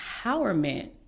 empowerment